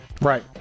right